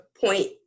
point